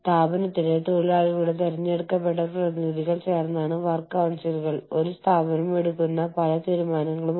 രണ്ട് കമ്പനികൾ ഒരുമിച്ച് ചേർക്കുക എന്നതാണ് ലയിപ്പിക്കുക എന്നതിനർത്ഥം